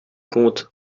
comptes